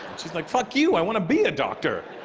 she's like fuck you. i wanna be a doctor.